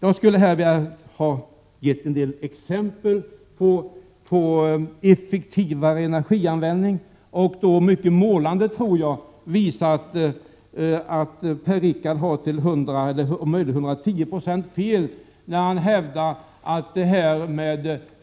Jag skulle här ha kunnat ge en del exempel på effektivare energianvändning och då mycket målande, tror jag, kunnat visa att Per-Richard Molén har till 100 26 eller möjligen 110 96 fel, när han hävdar att